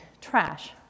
trash